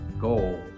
goal